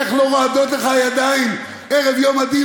איך לא רועדות לך הידיים ערב יום הדין